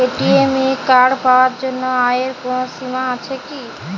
ATM card পাওয়ার জন্য আয়ের কোনো সীমা আছে কি?